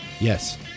yes